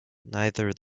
neither